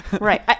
Right